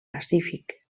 pacífic